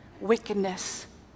wickedness